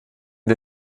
der